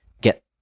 get